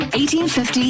1850